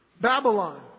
Babylon